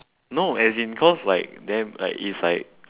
no as in cause like then like is like